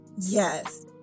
Yes